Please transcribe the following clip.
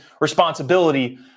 responsibility